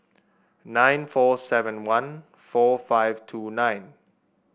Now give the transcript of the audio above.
nine four seven one four five two nine